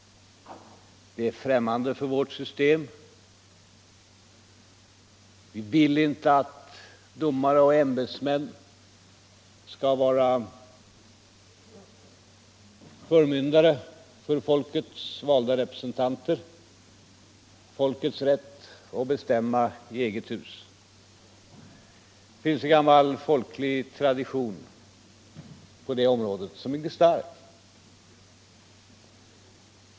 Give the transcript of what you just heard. Det är främmande för vårt system. Vi vill inte att domare och ämbetsmän skall vara förmyndare för folkets valda representanter. Folket har rätt att besluta i eget hus. Det finns en gammal folklig tradition på det området som är mycket stark.